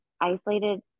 isolated